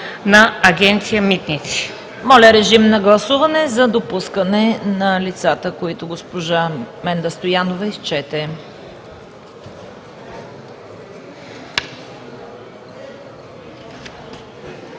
Моля, режим на гласуване за допускане на лицата, които госпожа Стоянова изчете.